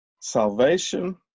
salvation